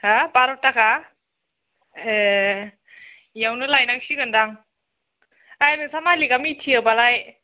हो बार' थाखा ए बेआवनो लायनांसिगोन दां ओइ नोंसा मालिकआ मिथियोबालाय